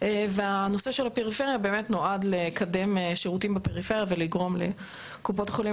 והנושא של הפריפריה באמת נועד לקדם שירותים בפריפריה ולגרום לקופות החולים